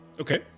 Okay